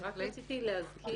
רציתי להזכיר